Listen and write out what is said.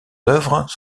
œuvres